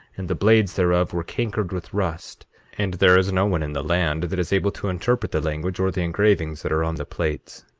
and the blades thereof were cankered with rust and there is no one in the land that is able to interpret the language or the engravings that are on the plates.